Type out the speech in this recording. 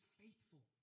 faithful